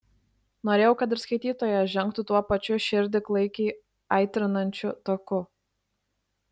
norėjau kad ir skaitytojas žengtų tuo pačiu širdį klaikiai aitrinančiu taku